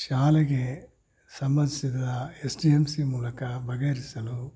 ಶಾಲೆಗೆ ಸಂಬಂಧಿಸಿದ S T M C ಮೂಲಕ ಬಗೆಹರಿಸಲು